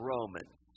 Romans